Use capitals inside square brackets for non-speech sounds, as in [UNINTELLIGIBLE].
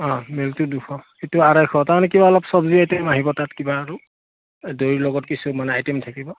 [UNINTELLIGIBLE] তাৰমানে কিবা [UNINTELLIGIBLE] আইটেম আহিব তাত কিবা আৰু দৈৰ লগত কিছু মানে আইটেম থাকিব